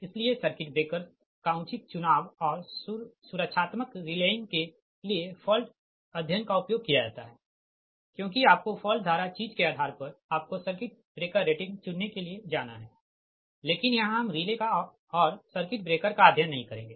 इसलिए circuit breakers का उचित चुनाव और सुरक्षात्मक रिलेइंग के लिए फॉल्ट अध्ययन का उपयोग किया जाता है क्योंकि आपको फॉल्ट धारा चीज के आधार पर आपको सर्किट ब्रेकर रेटिंग चुनने के लिए जाना है लेकिन यहाँ हम रिले का और सर्किट ब्रेकर का अध्ययन नहीं करेंगे